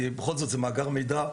כי בכל זאת זה מאגר מידע --- לא,